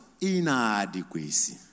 Inadequacy